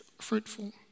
fruitful